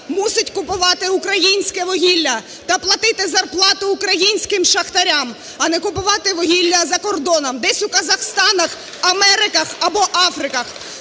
мусить купувати українське вугілля та платити зарплату українським шахтарям, а не купувати вугілля за кордоном десь у казахстанах, америках або африках.